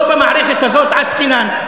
לא במערכת הזאת עסקינן.